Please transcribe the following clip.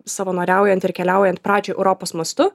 savanoriaujant ir keliaujant pradžiai europos mastu